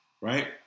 right